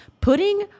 putting